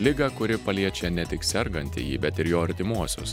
ligą kuri paliečia ne tik sergantįjį bet ir jo artimuosius